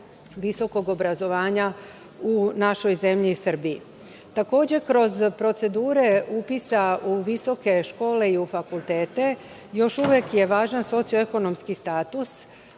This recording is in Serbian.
visokog obrazovanja u našoj zemlji Srbiji. Takođe, kroz procedure upisa u visoke škole i u fakultete, još uvek je važan socio-ekonomski status,